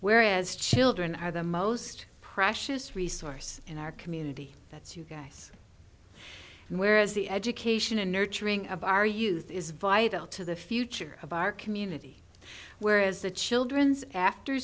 whereas children are the most precious resource in our community that's you guys whereas the education and nurturing of our youth is vital to the future of our community whereas the children's after